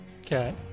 Okay